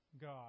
God